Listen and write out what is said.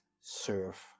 serve